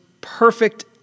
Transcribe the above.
perfect